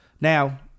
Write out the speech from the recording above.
Now